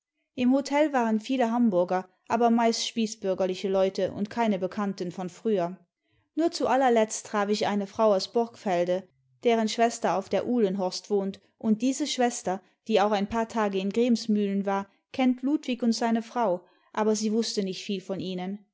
im hotel waren viele hamburger aber meist spießbürgerliche leute und keine bekannten von früher nur zu allerletzt traf ich eine frau aus borgfelde deren schwester auf der uhlenhorst wohnt und diese schwester die auch ein paar tage in gremsmühlen war kennt ludwig und seine frau aber sie wußte nicht viel von ihnen